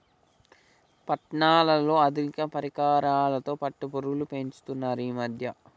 పట్నాలలో ఆధునిక పరికరాలతో పట్టుపురుగు పెంచుతున్నారు ఈ మధ్య